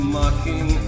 mocking